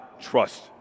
trust